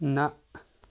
نہ